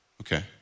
okay